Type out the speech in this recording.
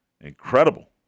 incredible